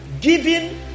giving